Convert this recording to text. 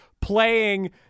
playing